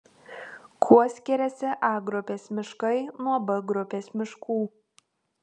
kuo skiriasi a grupės miškai nuo b grupės miškų